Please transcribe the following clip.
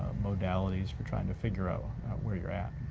modalities for trying to figure out where you're at.